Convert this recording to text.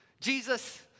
Jesus